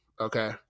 okay